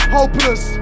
Hopeless